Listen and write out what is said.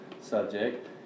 subject